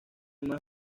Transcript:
más